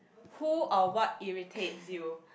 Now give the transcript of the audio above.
who or what irritates you